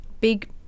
Big